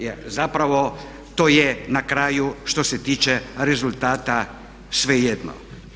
Jer zapravo to je na kraju što se tiče rezultata svejedno.